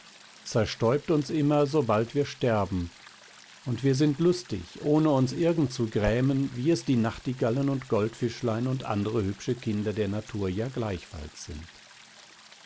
zerstäubt uns immer sobald wir sterben und wir sind lustig ohne uns irgend zu grämen wie es die nachtigallen und goldfischlein und andre hübsche kinder der natur ja gleichfalls sind